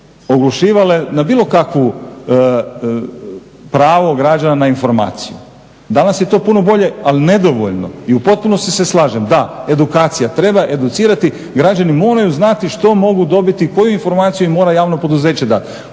na bilo kakvo pravo građana na informaciju. Danas je to puno bolje ali nedovoljno. I u potpunosti se slažem, da, edukacija treba educirati. Građani moraju znati što mogu dobiti koju informaciju im mora javno poduzeće dati,